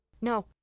No